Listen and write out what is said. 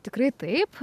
tikrai taip